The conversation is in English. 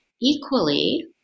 Equally